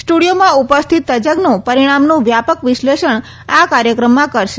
સ્ટુડિયોમાં ઉપસ્થિત તજજ્ઞો પરિણામનું વ્યાપક વિશ્લેષણ આ કાર્યક્રમમાં કરશે